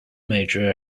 major